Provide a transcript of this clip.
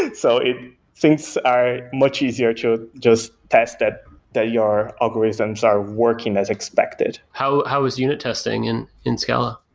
and so things are much easier to just test that that your algorithms are working as expected how how was unit testing and in scala?